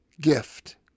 gift